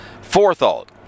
forethought